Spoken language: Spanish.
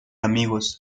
amigos